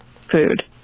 food